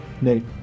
Nate